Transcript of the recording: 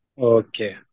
Okay